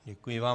Děkuji vám.